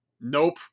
Nope